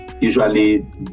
Usually